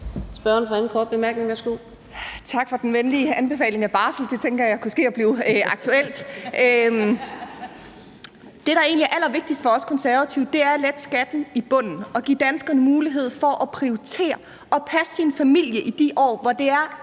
Værsgo. Kl. 10:36 Mette Abildgaard (KF): Tak for den venlige anbefaling af barsel. Det tænker jeg kunne ske at blive aktuelt! Det, der egentlig er allervigtigst for os Konservative, er at lette skatten i bunden og give danskerne mulighed for at prioritere at passe familien i de år, hvor det er